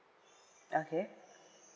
okay